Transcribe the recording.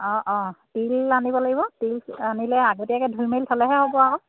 অঁ অঁ তিল আনিব লাগিব তিল আনিলে আগতীয়াকৈ ধুই মেলি থ'লেহে হ'ব আকৌ